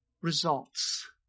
results